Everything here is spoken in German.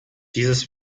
dieses